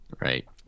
Right